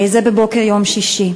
זה היה בבוקר יום שישי,